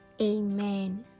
Amen